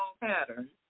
pattern